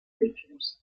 creatures